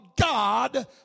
God